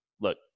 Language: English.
look